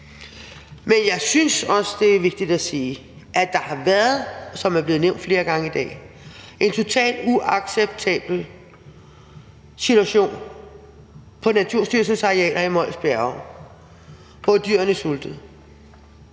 Men jeg synes også, det er vigtigt at sige, at der har været, og det er blevet nævnt flere gange i dag, en totalt uacceptabel situation på Naturstyrelsens arealer i Mols Bjerge, hvor dyrene sultede.